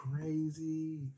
crazy